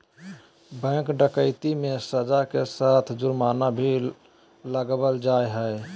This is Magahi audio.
बैंक डकैती मे सज़ा के साथ जुर्माना भी लगावल जा हय